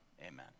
Amen